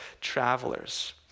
travelers